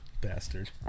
Bastard